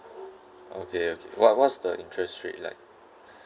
okay okay what was the interest rate like